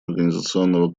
организационного